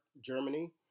Germany